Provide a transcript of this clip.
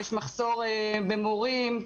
יש מחסור במורים.